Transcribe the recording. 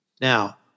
Now